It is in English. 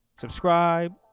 subscribe